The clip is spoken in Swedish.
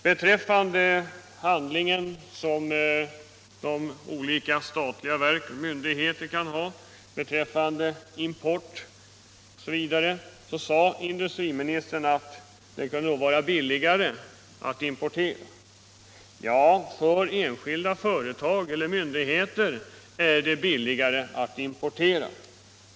Beträffande upphandlingen från olika statliga verk och myndigheter av importerade varor sade industriministern att det kunde vara billigare att importera. Ja, för enskilda företag eller myndigheter är det billigare att importera.